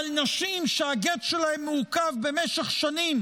אבל נשים שהגט שלהן מעוכב במשך שנים,